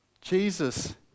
Jesus